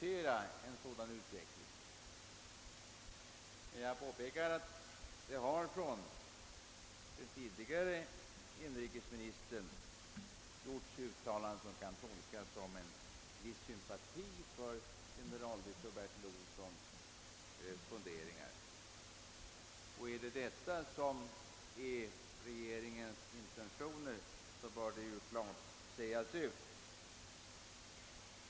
Jag vill påpeka att den förre inrikesministern gjort uttalanden, som kan tolkas så att han hyser en viss sympati för dessa generaldirektör Bertil Olssons funderingar. Om regeringen har liknande intentioner, bör det klart sägas ut.